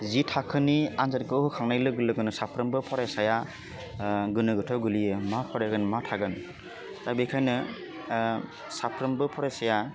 जि थाखोनि आनजादखौ होखांनाय लोगो लोगोनो साफ्रोमबो फरायसाया गोनो गोथोआव गोलैयो मा फरायगोन मा थागोन दा बेखायनो साफ्रोमबो फरायसाया